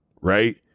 right